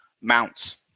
mounts